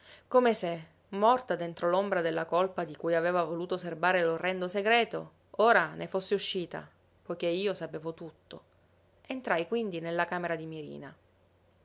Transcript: come se morta dentro l'ombra della colpa di cui aveva voluto serbare l'orrendo segreto ora ne fosse uscita poiché io sapevo tutto entrai quindi nella camera di mirina